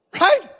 Right